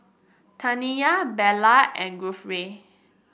Taniya Bella and Guthrie